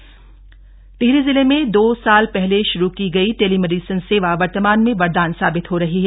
tele medicine Tehri जिले में दो साल पहले शुरू की गई टेलीमेडिसन सेवा वर्तमान में वरदान साबित हो रही है